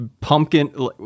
pumpkin